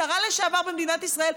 שרה לשעבר במדינת ישראל,